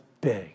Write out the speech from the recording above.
big